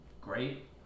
great